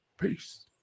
Peace